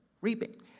reaping